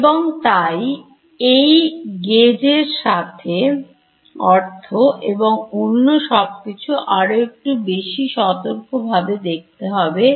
এবং তাই এই gauge এস অর্থ এবং অন্য সবকিছু আরো একটু বেশি সতর্কভাবে দেখতে হবে